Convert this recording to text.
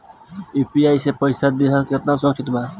UPI से पईसा देहल केतना सुरक्षित बा?